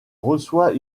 reçoit